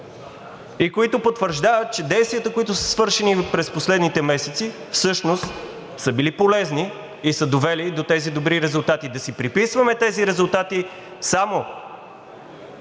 и които потвърждават, че действията, които са свършени през последните месеци всъщност, са били полезни и са довели до тези добри резултати. Да си приписваме тези резултати само